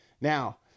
Now